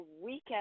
weekend